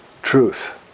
truth